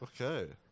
Okay